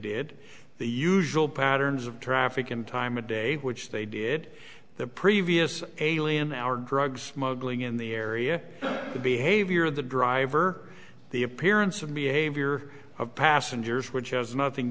did the usual patterns of traffic in time of day which they did the previous alien hour drug smuggling in the area to behave you're the driver the appearance of behavior of passengers which has nothing